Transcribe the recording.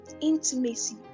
intimacy